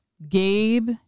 Gabe